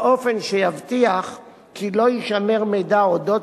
באופן שיבטיח כי לא יישמר מידע על אודות